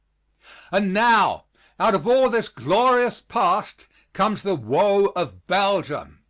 and now out of all this glorious past comes the woe of belgium.